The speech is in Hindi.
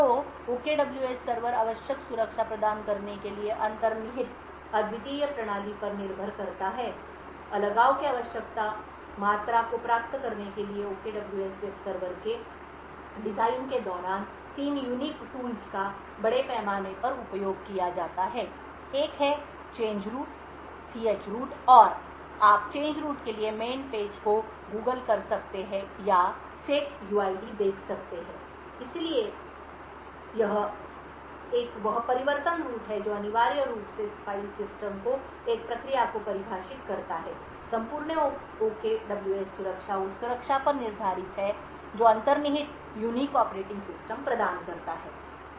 तो OKWS सर्वर आवश्यक सुरक्षा प्रदान करने के लिए अंतर्निहित अद्वितीय प्रणाली पर निर्भर करता है अलगाव की आवश्यक मात्रा को प्राप्त करने के लिए OKWS वेब सर्वर के डिजाइन के दौरान तीन अद्वितीय उपकरणों का बड़े पैमाने पर उपयोग किया जाता है एक है परिवर्तन रूट ch root और आप change root के लिए मैन पेजों को गूगल कर सकता है या set uid देख सकता है इसलिए एक वह परिवर्तन रूट है जो अनिवार्य रूप से फाइल सिस्टम को एक प्रक्रिया को परिभाषित करता है संपूर्ण OKWS सुरक्षा उस सुरक्षा पर आधारित है जो अंतर्निहित अद्वितीय ऑपरेटिंग सिस्टम प्रदान करता है